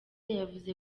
yavuze